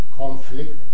conflict